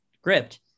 script